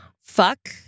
fuck